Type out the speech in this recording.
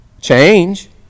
change